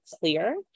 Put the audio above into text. clear